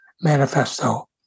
manifesto